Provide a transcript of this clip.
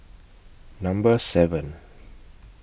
Number seven